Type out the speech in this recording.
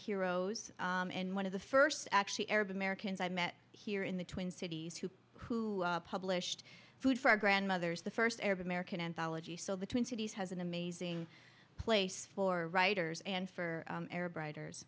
heroes and one of the first actually arab americans i met here in the twin cities who who published food for our grandmothers the first ever american anthology so the twin cities has an amazing place for writers and for arab writers